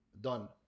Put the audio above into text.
done